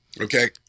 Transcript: Okay